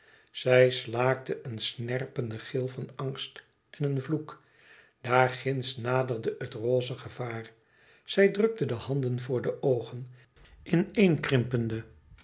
zij slaakte een snerpenden gil van angst en een vloek daar ginds naderde het rosse gevaar zij drukte de handen voor de oogen ineen